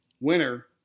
winner